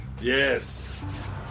Yes